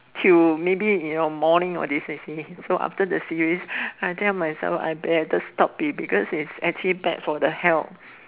till maybe you know morning all this you see so after the series I tell myself I better stop it because is actually bad for the health